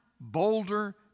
bolder